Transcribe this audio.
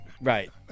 Right